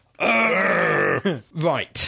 right